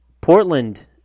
Portland